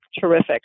terrific